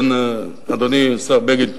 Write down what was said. אדוני השר בגין,